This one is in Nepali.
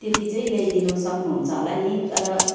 त्यति चाहिँ ल्याइदिनु सक्नुहुन्छ होला नि तर